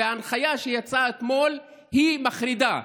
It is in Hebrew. ההנחיה שיצאה אתמול היא מחרידה,